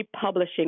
Publishing